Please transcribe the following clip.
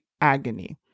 agony